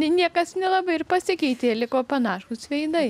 niekas nelabai ir pasikeitė liko panašūs veidai